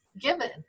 given